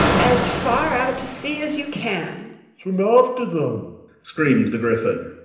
as far out to sea as you can swim after them screamed the gryphon.